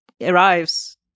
arrives